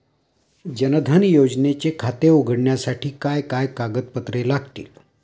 जनधन योजनेचे खाते उघडण्यासाठी काय काय कागदपत्रे लागतील?